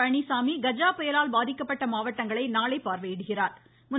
பழனிச்சாமி கஜா புயலால் பாதிக்கப்பட்ட மாவட்டங்களை நாளை பார்வையிடுகிறார்